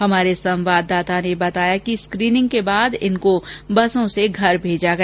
हमारे संवाददाता ने बताया कि स्क्रीनिंग के बाद इनको बसों से घर भेजा गया